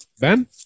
Ben